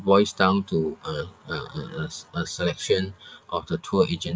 boils down to a a a a s~ a selection of the tour agency